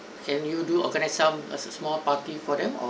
can you do organize some err as a small party for them